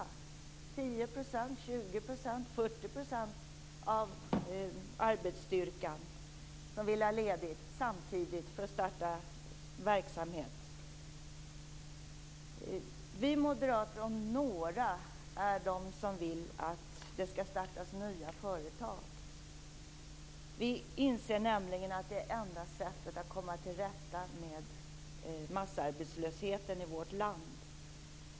Är det 10 %, 20 % eller 40 % av arbetsstyrkan som vill ha ledigt samtidigt för att starta verksamhet? Vi moderater om några vill att det skall startas nya företag. Vi inser nämligen att det är det enda sättet att komma till rätta med massarbetslösheten i vårt land.